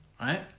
right